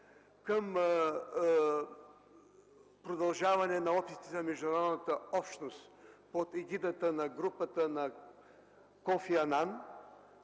към продължаване на опитите на международната общност под егидата на групата на Кофи